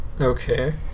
Okay